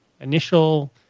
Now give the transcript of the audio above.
initial